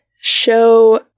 show